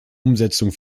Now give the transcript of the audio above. umsetzung